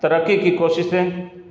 ترقی کی کوششیں